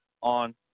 on